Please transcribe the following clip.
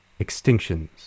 extinctions